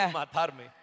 matarme